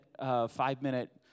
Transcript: five-minute